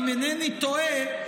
אם אינני טועה,